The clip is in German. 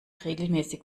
regelmäßig